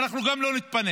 ואנחנו גם לא נתפנה.